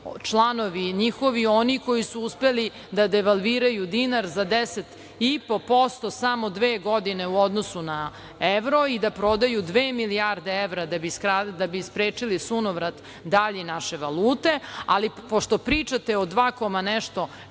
članovi njihovi, oni koji su uspeli da devalviraju dinar za 10,5% samo dve godine u odnosu na evro i da prodaju dve milijarde evra da bi sprečili sunovrat dalji naše valute, ali pošto pričate o dva